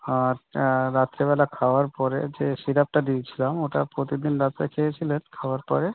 আর রাত্রেবেলা খাওয়ার পরে যে সিরাপটা দিয়েছিলাম ওটা প্রতিদিন রাতে খেয়েছিলেন খাওয়ার পরে